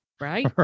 Right